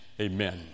Amen